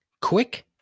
quick